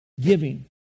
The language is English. giving